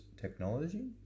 technology